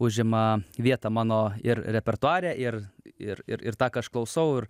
užima vietą mano ir repertuare ir ir ir ir tą ką aš klausau ir